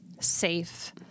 safe